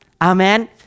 amen